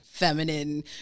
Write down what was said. feminine